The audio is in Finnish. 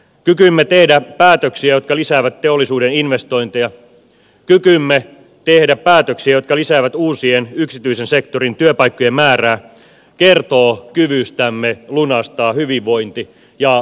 kykymme tehdä päätöksiä jotka lisäävät teollisuuden investointeja kykymme tehdä päätöksiä jotka lisäävät uusien yksityisen sektorin työpaikkojen määrää kertoo kyvystämme lunastaa hyvinvointi ja huolenpitolupaus